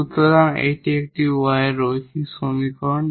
সুতরাং এটি y এর লিনিয়ার সমীকরণ